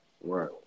Right